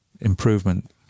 improvement